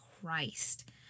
Christ